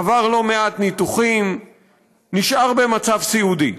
עבר לא מעט ניתוחים ונשאר במצב סיעודי.